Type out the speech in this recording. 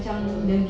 mm mm